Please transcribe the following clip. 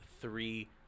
three